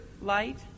light